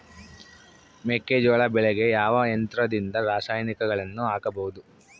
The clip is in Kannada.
ಮೆಕ್ಕೆಜೋಳ ಬೆಳೆಗೆ ಯಾವ ಯಂತ್ರದಿಂದ ರಾಸಾಯನಿಕಗಳನ್ನು ಹಾಕಬಹುದು?